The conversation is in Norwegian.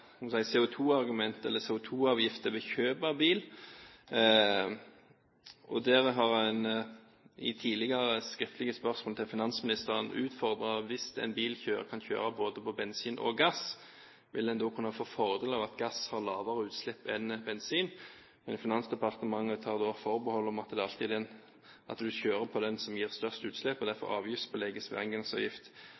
eller CO2-avgifter ved kjøp av bil, og en har i tidligere skriftlige spørsmål utfordret finansministeren: Hvis en bil kan kjøre på både bensin og gass, vil en da kunne få fordel av at gass har lavere utslipp enn bensin? Finansdepartementet tar da forbehold om at du kjører på det som gir størst utslipp, og derfor